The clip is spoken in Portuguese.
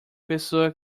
pessoa